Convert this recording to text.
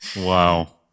Wow